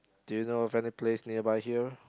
do you know of any place nearby here